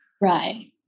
Right